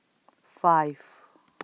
five